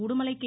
Udumalai K